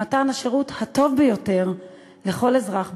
למתן השירות הטוב ביותר לכל אזרח במדינה.